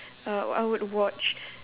uh I would watch